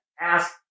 ask